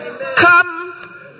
Come